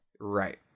right